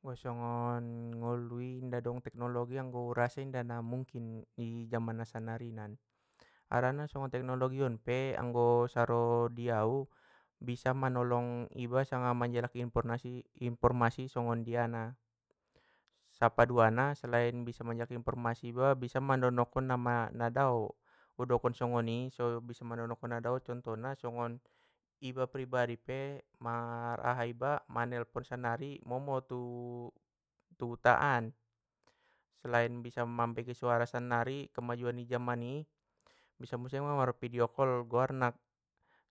Anggo songon ngolui inda dong teknologi, anggo urasa indana mungkin izaman na sannarinan, harana songon teknologion pe anggo saro di au bisa manolong iba sanga manjaliki infornasi- informasi songgondiana, sapaduana selain bisa manjalaki informasi iba bisa mandonokkon na ma- na dao, udokon songoni so bisa mandonokkon nadao contohna songon iba pribadi pe, mar aha iba manelpon sannari momo tu hutaan. Selain bisa mambege suara sannari kemajuan ni jamani bisa musema marvideo kol guarna,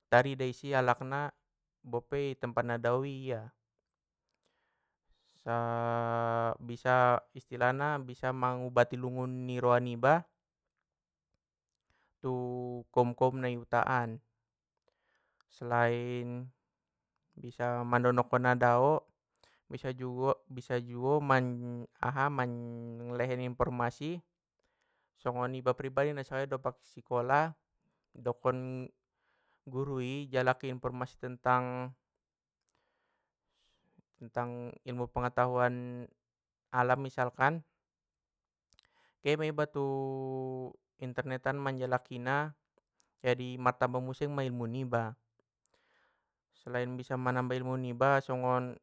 tarida isi alakna bope i tempat na daoia, sa bisa istilahna bisa mangubati lungun ni roha niba, tu koum koum na i hutaan. Selain bisa mandonokkon nadao, bisa juo- bisa juo man aha man lehen informasi, songon iba pribadi nasakali dompak sikola, idokkon gurui jalaki informasi tentang tentang ilmu pengetahuan alam misalkan, kemaiba tu internetan manjalakina jadi martamba musema ilmu niba, selain bisa manamba ilmu niba songon.